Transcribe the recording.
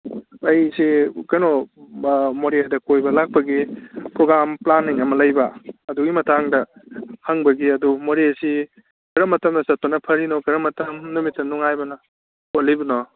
ꯑꯩꯁꯦ ꯀꯩꯅꯣ ꯃꯣꯔꯦꯗ ꯀꯣꯏꯕ ꯂꯥꯛꯄꯒꯤ ꯄ꯭ꯔꯣꯒ꯭ꯔꯥꯝ ꯄ꯭ꯂꯥꯟꯅꯤꯡ ꯑꯃ ꯂꯩꯕ ꯑꯗꯨꯒꯤ ꯃꯇꯥꯡꯗ ꯍꯪꯕꯒꯤ ꯑꯗꯨ ꯃꯣꯔꯦꯁꯤ ꯀꯔꯝꯕ ꯃꯇꯝꯗ ꯆꯠꯄꯅ ꯐꯔꯤꯅꯣ ꯀꯔꯝꯕ ꯃꯇꯝ ꯅꯨꯃꯤꯠꯇ ꯅꯨꯡꯉꯥꯏꯕꯅꯣ ꯈꯣꯠꯂꯤꯕꯅꯣ